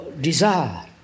desire